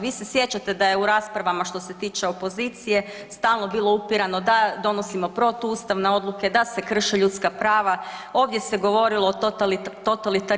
Vi se sjećate da je u raspravama što se tiče opozicije stalno bilo upirano da donosimo protuustavne odluke, da se krše ljudska prava, ovdje se govorilo o totalitarizmu.